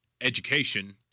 education